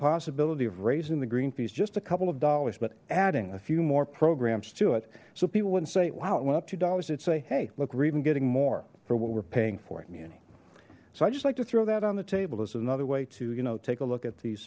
possibility of raising the green fees just a couple of dollars but adding a few more programs to it so people wouldn't say wow it went up two dollars did say hey look we're even getting more for what we're paying for it muni so i just like to throw that on the table this is another way to you know take a look at the